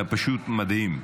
היה פשוט מדהים.